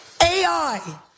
AI